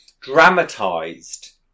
dramatized